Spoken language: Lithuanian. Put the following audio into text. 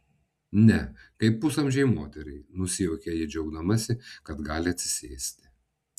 ne kaip pusamžei moteriai nusijuokia ji džiaugdamasi kad gali atsisėsti